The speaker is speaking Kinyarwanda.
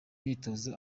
myitozo